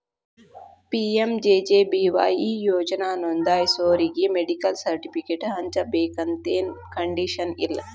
PMJJBY ಈ ಯೋಜನಾ ನೋಂದಾಸೋರಿಗಿ ಮೆಡಿಕಲ್ ಸರ್ಟಿಫಿಕೇಟ್ ಹಚ್ಚಬೇಕಂತೆನ್ ಕಂಡೇಶನ್ ಇಲ್ಲ